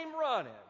running